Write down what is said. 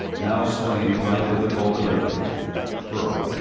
now strained by a difficult delivery broke,